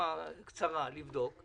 תקופה קצרה לבדוק.